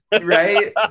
Right